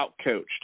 outcoached